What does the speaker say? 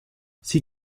sie